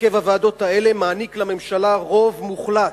הרכב הוועדות האלה מעניק לממשלה רוב מוחלט,